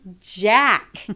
jack